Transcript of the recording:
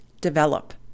develop